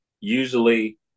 usually